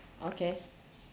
okay